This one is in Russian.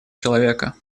человека